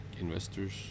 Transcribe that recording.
investors